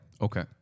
Okay